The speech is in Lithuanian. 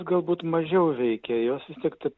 galbūt mažiau veikia jos vis tiek